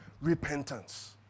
repentance